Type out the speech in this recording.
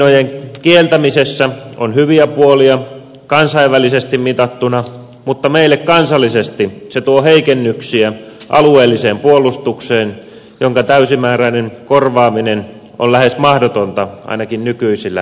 jalkaväkimiinojen kieltämisessä on hyviä puolia kansainvälisesti mitattuna mutta meille kansallisesti se tuo heikennyksiä alueelliseen puolustukseen jonka täysimääräinen korvaaminen on lähes mahdotonta ainakin nykyisillä resursseilla